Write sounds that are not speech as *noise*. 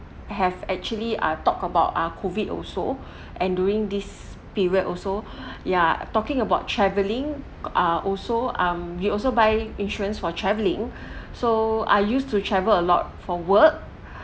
have actually ah talk about ah COVID also *breath* and during this period also *breath* ya talking about travelling ah also um you also buy insurance for travelling *breath* so I used to travel a lot for work